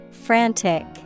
Frantic